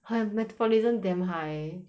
her metabolism damn high